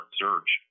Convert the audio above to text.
surge